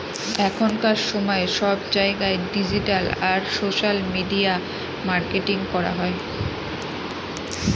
এখনকার সময়ে সব জায়গায় ডিজিটাল আর সোশ্যাল মিডিয়া মার্কেটিং করা হয়